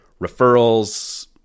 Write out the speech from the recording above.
referrals